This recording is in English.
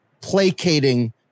placating